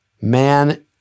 Man